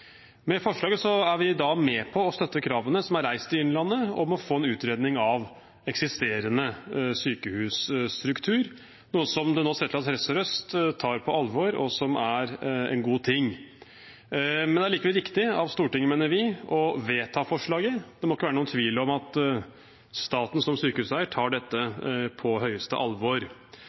Med forslaget er vi da med på å støtte kravene som er reist i Innlandet om å få en utredning av eksisterende sykehusstruktur, noe som det nå ser ut til at Helse Sør-Øst tar på alvor, og som er en god ting. Men det er likevel riktig av Stortinget, mener vi, å vedta forslaget. Det må ikke være noen tvil om at staten som sykehuseier tar dette på høyeste alvor.